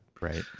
right